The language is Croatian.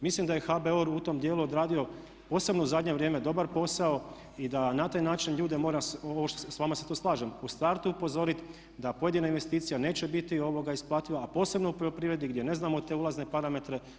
Mislim da je HBOR u tom dijelu odradio posebno u zadnje vrijeme dobar posao i da na taj način ljude mora, s vama se tu slažem u startu upozoriti da pojedina investicija neće biti isplativa, a posebno u poljoprivredi gdje ne znamo te ulazne parametre.